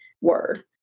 word